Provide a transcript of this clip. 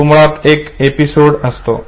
तो मुळात एक एपिसोड असतो